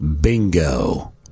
bingo